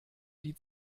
die